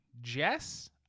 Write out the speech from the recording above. Jess